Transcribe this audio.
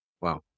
Wow